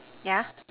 yeah